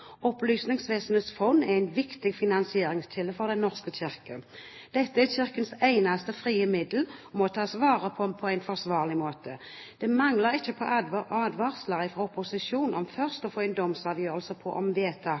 Opplysningsvesenets fond er en viktig finansieringskilde for Den norske kirke. Dette er Kirkens eneste frie middel, og må tas vare på på en forsvarlig måte. Det manglet ikke på advarsler fra opposisjonen om først å få en domsavgjørelse på om